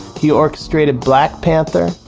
he orchestrated black panther,